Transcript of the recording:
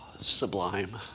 Sublime